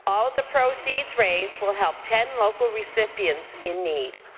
all of the proceeds raised will help ten local recipients in need.